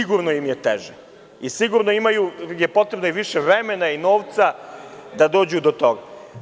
Sigurno im je teže i sigurno im je potrebno više vremena i novca da dođu do toga.